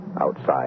outside